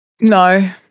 No